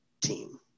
team